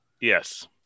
Yes